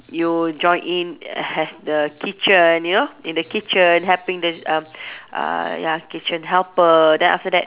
you join in have the kitchen you know in the kitchen helping the uh uh ya kitchen helper then after that